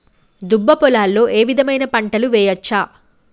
దుబ్బ పొలాల్లో ఏ విధమైన పంటలు వేయచ్చా?